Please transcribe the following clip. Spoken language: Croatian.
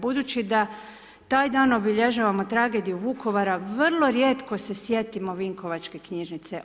Budući da taj dan obilježavamo tragediju Vukovara, vrlo rijetko se sjetimo vinkovačke knjižnice.